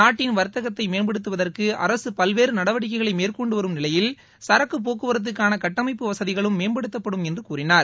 நாட்டின் வர்த்தகத்தை மேம்படுத்துவதற்கு அரசு பல்வேறு நடவடிக்கைகளை மேற்கொண்டுவரும் நிலையில் சரக்குப்போக்குவரத்துக்கான கட்டமைப்பு வசதிகளும் மேம்படுத்தப்படும் என்று கூறினார்